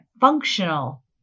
functional